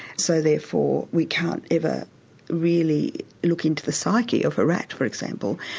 so therefore we can't ever really look into the psyche of a rat, for example,